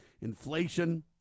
Inflation